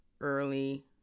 early